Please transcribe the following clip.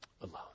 alone